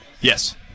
Yes